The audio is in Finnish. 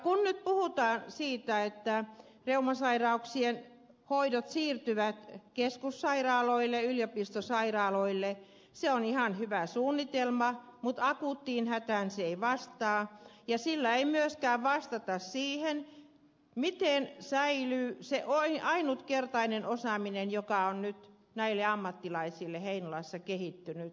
kun nyt puhutaan siitä että reumasairauksien hoidot siirtyvät keskussairaaloille yliopistosairaaloille se on ihan hyvä suunnitelma mutta akuuttiin hätään se ei vastaa ja sillä ei myöskään vastata siihen miten säilyy se ainutkertainen osaaminen joka on nyt näille ammattilaisille heinolassa kehittynyt